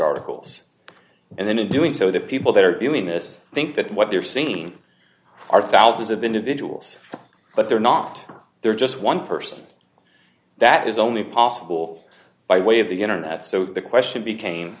articles and then in doing so the people that are viewing this think that what they're seeing are thousands of individuals but they're not they're just one person that is only possible by way of the internet so the question became